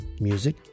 music